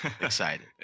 Excited